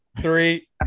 three